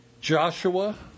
Joshua